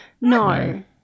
No